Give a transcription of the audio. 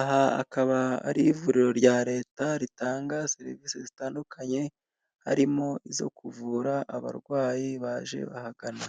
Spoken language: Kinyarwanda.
aha akaba ari ivuriro rya Leta ritanga serivisi zitandukanye, harimo izo kuvura abarwayi baje bahagana.